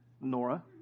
Nora